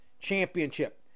Championship